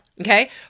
okay